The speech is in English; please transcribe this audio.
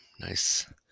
nice